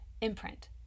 imprint